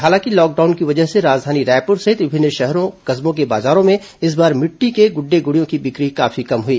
हालांकि लॉकडाउन की वजह से राजधानी रायपुर सहित विभिन्न शहरों कस्बों के बाजारों में इस बार मिट्टी के गुड्डे गुडियों की बिक्री काफी कम हुई